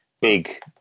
big